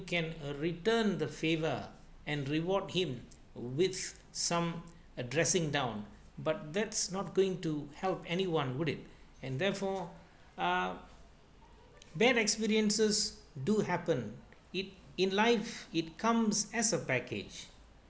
can uh returned the favor and reward him with some addressing down but that's not going to help anyone would it and therefore uh bad experiences do happen it in life it comes as a package